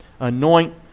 Anoint